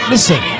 Listen